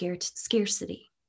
scarcity